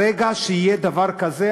ברגע שיהיה דבר כזה,